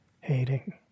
hating